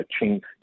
change